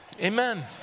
Amen